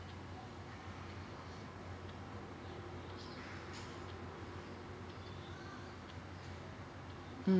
mm